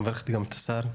אני מברך גם את השר.